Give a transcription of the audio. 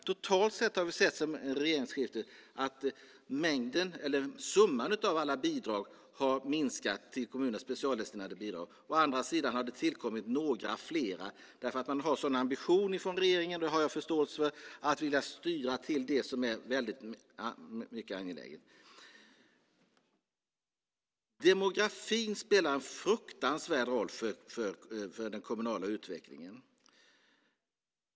Totalt har vi sedan regeringsskiftet sett att summan av alla specialdestinerade bidrag till kommunerna har minskat. Å andra sidan har det tillkommit några fler, därför att man från regeringen har som ambition - det har jag förståelse för - att vilja styra pengarna till det som är mycket angeläget. Demografin spelar en fruktansvärt stor roll för den kommunala utvecklingen.